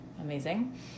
amazing